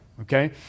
Okay